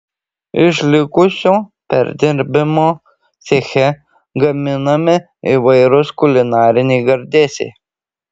iš likusio perdirbimo ceche gaminami įvairūs kulinariniai gardėsiai